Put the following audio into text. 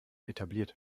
etabliert